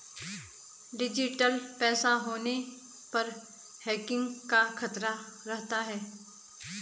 digital पैसा होने पर हैकिंग का खतरा रहता है